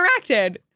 interacted